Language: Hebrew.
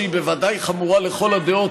שהיא בוודאי חמורה לכל הדעות,